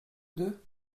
d’eux